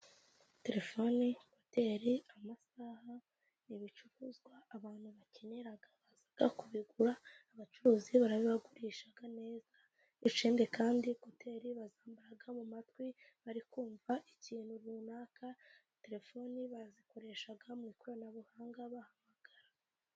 Telefoni, ekuteri, amasaha, ibicuruzwa abantu bakenera baza kubigura abacuruzi barabibagurisha neza, ikindi kandi ekuteri bazambara mu matwi bari kumva ikintu runaka, telefoni bazikoresha mu ikoranabuhanga bahamagara.